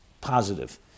positive